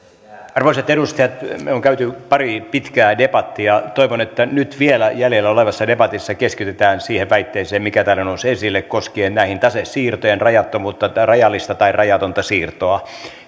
arvoisat edustajat me olemme käyneet pari pitkää debattia ja toivon että nyt vielä jäljellä olevassa debatissa keskitytään siihen väitteeseen mikä täällä nousi esille koskien näiden tasesiirtojen rajattomuutta tai rajallista tai rajatonta siirtoa